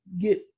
get